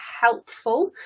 helpful